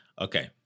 Okay